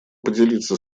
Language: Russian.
поделиться